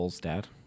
dad